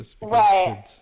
Right